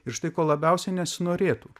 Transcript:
ir štai ko labiausiai nesinorėtų